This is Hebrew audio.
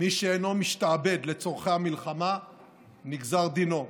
"מי שאינו משתעבד לצורכי המלחמה נגזר דינו.